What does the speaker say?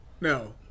No